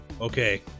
Okay